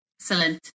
Excellent